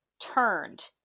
turned